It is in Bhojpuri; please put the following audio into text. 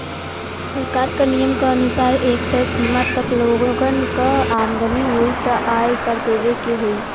सरकार क नियम क अनुसार एक तय सीमा तक लोगन क आमदनी होइ त आय कर देवे के होइ